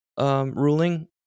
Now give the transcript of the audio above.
ruling